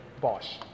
Bosch